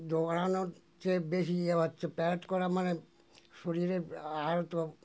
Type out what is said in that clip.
দৌড়ানোর যে বেশি ইয়ে হচ্ছে প্যারেড করা মানে শরীরে